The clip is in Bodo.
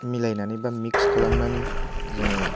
मिलायनानै बा मिक्स खालामनानै जोङो